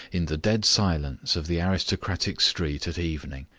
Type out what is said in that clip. in the dead silence of the aristocratic street at evening,